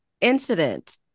incident